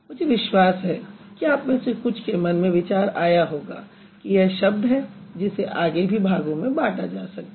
मुझे विश्वास है कि आप में से कुछ के मन में विचार आया होगा कि यह शब्द है जिसे आगे भी भागों में बांटा जा सकता है